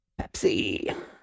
Pepsi